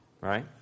right